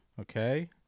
Okay